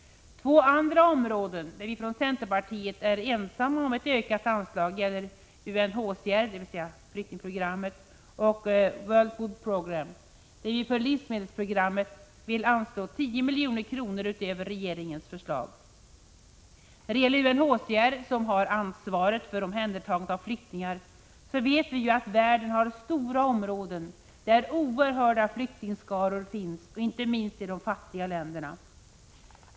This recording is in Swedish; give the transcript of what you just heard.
Två andra områden där vi från centerpartiet är ensamma om att föreslå ett ökat anslag gäller UNHCR, dvs. flyktingprogrammet, och World Food Program, där vi för livsmedelsprogrammet vill anslå 10 milj.kr. utöver regeringens förslag. När det gäller UNHCR, som har ansvaret för omhändertagandet av flyktingar, vet vi ju att världen har stora områden där oerhörda flyktingskaror finns, inte minst i de fattiga länderna.